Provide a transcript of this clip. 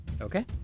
Okay